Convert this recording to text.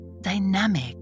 dynamic